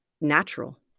natural